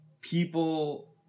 People